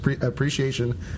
appreciation